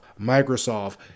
microsoft